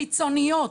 חיצוניות.